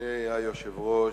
אדוני היושב-ראש,